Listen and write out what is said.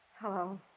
Hello